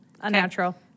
Unnatural